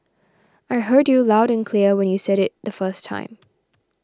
I heard you loud and clear when you said it the first time